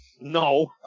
no